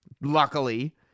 luckily